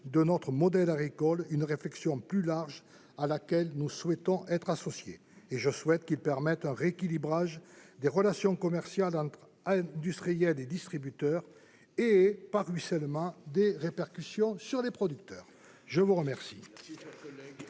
de notre modèle agricole, dans le cadre d'une réflexion plus large à laquelle nous souhaitons être associés. Je souhaite qu'il permette un rééquilibrage des relations commerciales entre industriels et distributeurs, ce qui devrait avoir, par ruissellement, des répercussions sur les producteurs. La parole